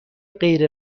غیر